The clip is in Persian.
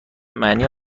معنی